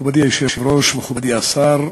מכובדי היושב-ראש, מכובדי השר,